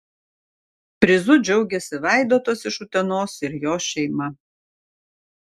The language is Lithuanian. prizu džiaugiasi vaidotas iš utenos ir jo šeima